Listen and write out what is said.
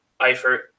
Eifert